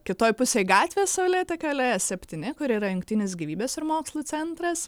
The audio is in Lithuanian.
kitoj pusėj gatvės saulėtekio alėja septyni kur yra jungtinis gyvybės ir mokslų centras